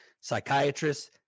psychiatrists